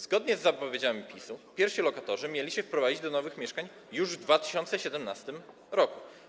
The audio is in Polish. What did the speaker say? Zgodnie z zapowiedziami PiS-u pierwsi lokatorzy mieli się wprowadzić do nowych mieszkań już w 2017 r.